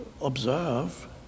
observe